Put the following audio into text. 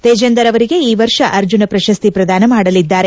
ತೇಜೆಂದರ್ ಅವರಿಗೆ ಈ ವರ್ಷ ಅರ್ಜುನ ಪ್ರಶಸ್ತಿ ಪ್ರದಾನ ಮಾಡಲಿದ್ದಾರೆ